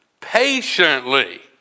patiently